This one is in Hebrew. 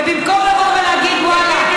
ובמקום לבוא ולהגיד: ואללה,